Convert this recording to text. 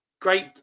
great